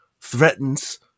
threatens